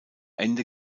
ende